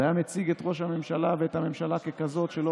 זה היה מציג את ראש הממשלה ואת הממשלה ככזאת שלא